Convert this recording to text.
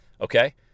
Okay